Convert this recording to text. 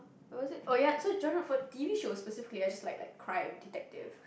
oh is it oh ya so genre for T_V shows specifically I just like like crime and detective